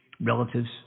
Relatives